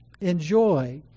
enjoy